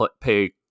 pay